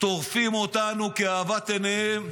טורפים אותנו כאוות עיניהם,